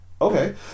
okay